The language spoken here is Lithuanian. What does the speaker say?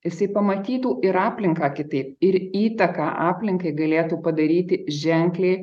jisai pamatytų ir aplinką kitaip ir įtaką aplinkai galėtų padaryti ženkliai